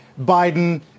Biden